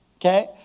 okay